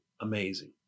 amazing